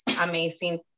amazing